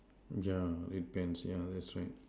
jar red pants yeah that's right